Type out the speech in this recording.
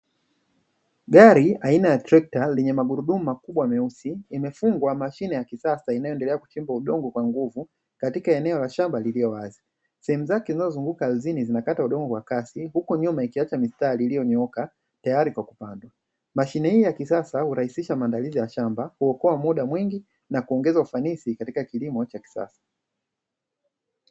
Gari aina ya trekta lenye magurudumu makubwa meusi imefungwa mashine ya kisasa inayoendelea kuchimba udongo kwa nguvu katika eneo la shamba lililo wazi sehemu zake zinazozunguka aridhini zinakata udongo kwa kasi huku nyuma ikiacha mistari iliyonyooka tayari kwa kupandwa; mashine hii ya kisasa hurahisisha: maandalizi ya shamba, huokoa muda mwingi na kuongeza ufanisi katika kilimo cha kisasa.